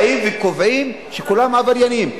באים וקובעים שכולם עבריינים.